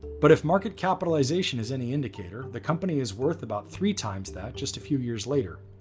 but if market capitalization is any indicator, the company is worth about three times that just a few years later.